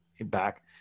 back